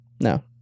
No